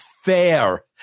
fair